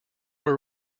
were